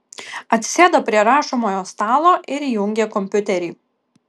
atsisėdo prie rašomojo stalo ir įjungė kompiuterį